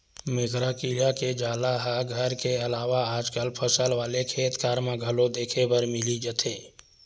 मेकरा कीरा के जाला ह घर के अलावा आजकल फसल वाले खेतखार म घलो देखे बर मिली जथे